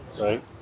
right